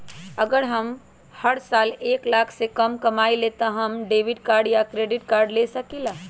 अगर हम हर साल एक लाख से कम कमावईले त का हम डेबिट कार्ड या क्रेडिट कार्ड ले सकीला?